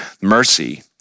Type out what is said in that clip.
mercy